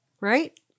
right